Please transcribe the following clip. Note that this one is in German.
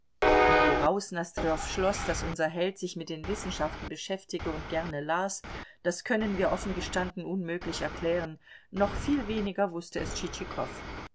woraus nosdrjow schloß daß unser held sich mit den wissenschaften beschäftigte und gerne las das können wir offen gestanden unmöglich erklären noch viel weniger wußte es